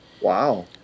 Wow